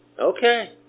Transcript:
Okay